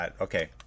okay